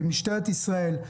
משטרת ישראל,